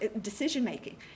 decision-making